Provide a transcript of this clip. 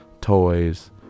toys